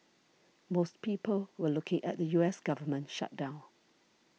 most people were looking at the U S government shutdown